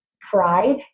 pride